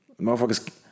motherfuckers